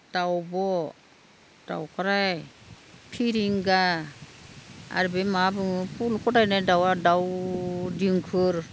दाउब' दाउखराय फेरेंगा आरो बे मा बुङो फुल खदायनाय दाउआ दाउ दिंखुर